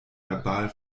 verbal